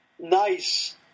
nice